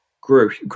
growth